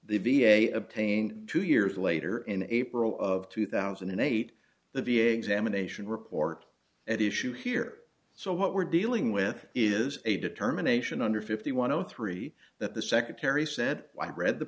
v a obtained two years later in april of two thousand and eight the v a examination report at issue here so what we're dealing with is a determination under fifty one of three that the secretary said i read the